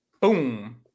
Boom